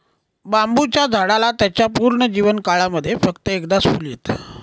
बांबुच्या झाडाला त्याच्या पूर्ण जीवन काळामध्ये फक्त एकदाच फुल येत